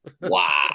Wow